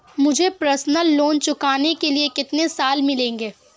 मुझे personal loan चुकाने के लिए कितने साल मिलेंगे?